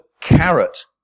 carrot